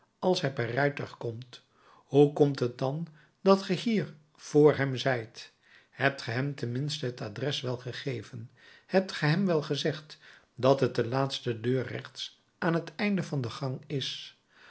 als hij per rijtuig komt hoe komt het dan dat ge hier vr hem zijt hebt ge hem ten minste het adres wel gegeven hebt ge hem wel gezegd dat het de laatste deur rechts aan het einde van de gang is